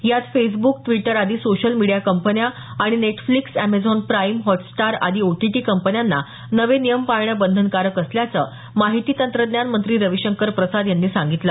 यात Facebook Twitter आदी social media कंपन्या आणि नेटफ्लिक्स एमेझॉन प्राईम हॉटस्टार आणि ओटीटी कंपन्यांना नवे नियम पाळणं बंधनकारक असल्याचं माहिती तंत्रज्ञान मंत्री रविशंकर प्रसाद यांनी सांगितलं